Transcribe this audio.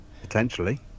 Potentially